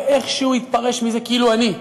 ואיכשהו יתפרש מזה כאילו אני,